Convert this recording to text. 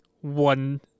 one